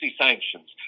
sanctions